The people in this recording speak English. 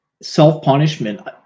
self-punishment